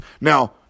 Now